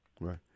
Right